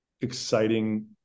exciting